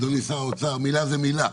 אדוני שר האוצר, מילה זו מילה.